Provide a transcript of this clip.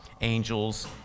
angels